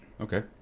Okay